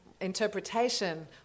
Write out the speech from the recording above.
interpretation